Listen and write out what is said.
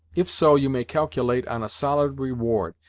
if so, you may calculate on a solid reward,